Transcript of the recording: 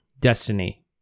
Destiny